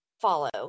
follow